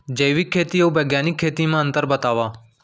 जैविक खेती अऊ बैग्यानिक खेती म अंतर बतावा?